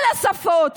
כל השפות,